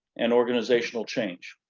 and organizational change.